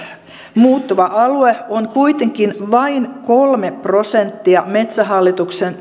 muuttuva alue on kuitenkin vain kolme prosenttia metsähallituksen